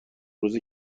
روزه